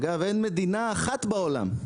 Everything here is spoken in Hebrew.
אגב, אין מדינה אחת בעולם,